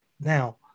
now